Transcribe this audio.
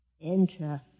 Enter